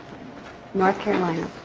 north carolina.